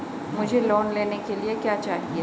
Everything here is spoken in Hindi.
मुझे लोन लेने के लिए क्या चाहिए?